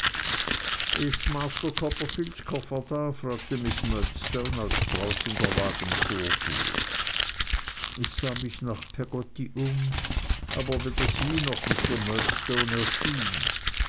ist master copperfields koffer da fragte miß murdstone als draußen der wagen vorfuhr ich sah mich nach peggotty um aber weder sie noch mr murdstone erschien